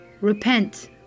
repent